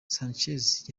sanchez